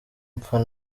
mfa